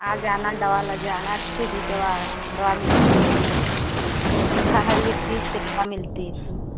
आ जाना दवा ले जाना अच्छी भी दवा दवा मिलती है हर एक चीज़ की दवा मिलती है